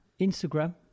Instagram